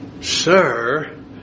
Sir